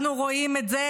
אנחנו רואים את זה,